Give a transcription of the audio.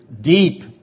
deep